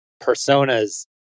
Personas